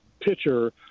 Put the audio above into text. pitcher